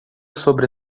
sobre